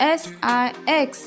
six